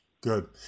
Good